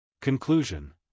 Conclusion